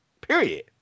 period